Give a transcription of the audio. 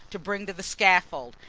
to bring to the scaffold,